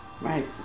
Right